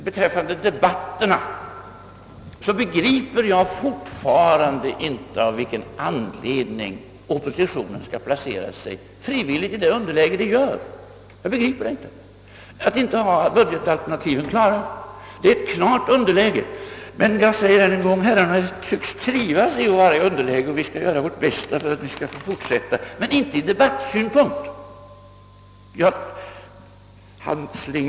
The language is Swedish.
I fråga om debatterna begriper jag fortfarande inte varför oppositionen frivilligt placerar sig i ett sådant underläge som ni gör. Jag förstår inte att ni inte har några budgetalternativ klara, vilket medför ett klart underläge. Men ännu en gång säger jag att herrarna tycks trivas med att befinna sig i underläge, och vi skall göra vårt bästa för att ni skall få fortsätta med det. Men jag skulle inte vilja ha det så ur debattsynpunkt.